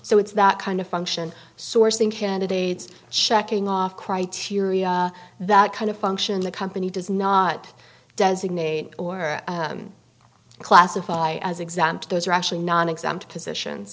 so it's that kind of function sourcing candidates checking off criteria that kind of function the company does not designate or classify as exempt those are actually nonexempt position